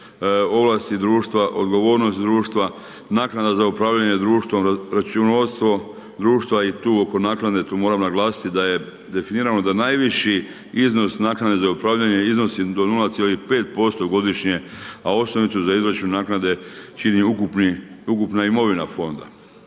ovlasti društva, odgovornost društva, naknada za upravljanje društvom, računovodstvo društva i tu oko naknade tu moram naglasiti da je definirano da najviši iznos naknade za upravljanje iznosi do 0,5% godišnje, a osnovicu za izračun naknade čini ukupna imovina Fonda.